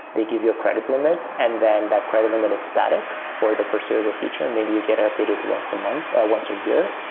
they give you a credit limit and then that credit limit is static for the foreseeable and maybe you get updated once a month, once a year.